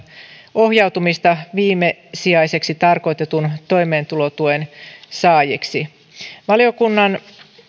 ohjautumista viimesijaiseksi tarkoitetun toimeentulotuen saajiksi valiokunnan